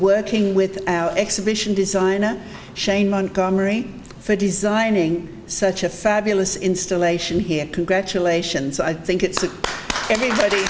working with exhibition designer shane montgomery for designing such a fabulous installation here congratulations i think it's a everybody